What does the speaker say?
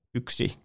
yksi